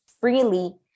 freely